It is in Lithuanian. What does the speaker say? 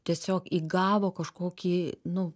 tiesiog įgavo kažkokį nu